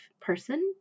person